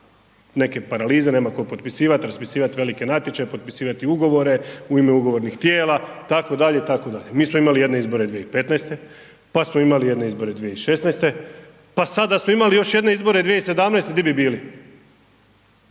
se ne razumije./... nema tko potpisivati, raspisivati velike natječaje, potpisivati ugovore u ime ugovornih tijela, itd., itd. Mi smo imali jedne izbore 2015., pa smo imali jedne izbore 2016. pa sada da smo imali još jedne izbore 2017. gdje bi bili?